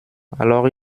alors